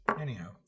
anyhow